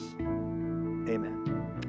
Amen